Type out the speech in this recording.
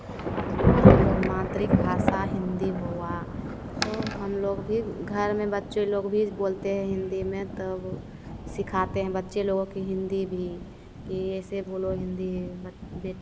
हमलोग मातृ भाषा हिन्दी हुआ तो हम लोग भी घर में बच्चे लोग भी बोलते हैं हिन्दी में तब सिखाते हैं बच्चे लोगों की हिन्दी भी कि ऐसे बोलो हिन्दी में बच बे